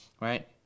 right